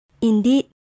Indeed